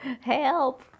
Help